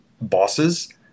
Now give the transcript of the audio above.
bosses